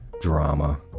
drama